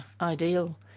ideal